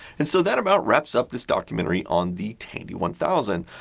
and so that about wraps up this documentary on the tandy one thousand.